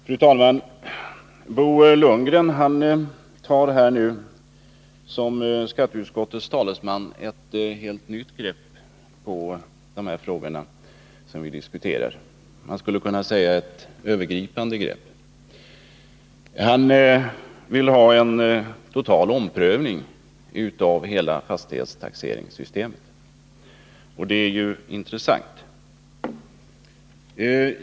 Fru talman! Bo Lundgren tar som skatteutskottets talesman ett helt nytt grepp på de frågor som vi diskuterar — man skulle kunna säga ett övergripande grepp. Han vill ha en total omprövning av hela fastighetstaxeringssystemet, och det är ju intressant.